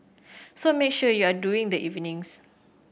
so make sure you are during the evenings